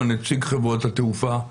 התעופה, נציג חברות התעופה,